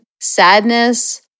sadness